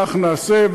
כך נעשה,